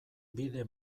bide